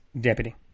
Deputy